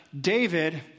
David